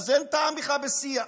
אז אין טעם בכלל בשיח.